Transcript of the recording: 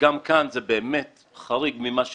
גם כאן זה באמת חריג אפילו ממה שסיכמנו.